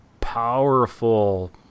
powerful